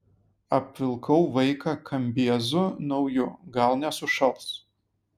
apvilkau vaiką kambiezu nauju gal nesušals